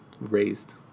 raised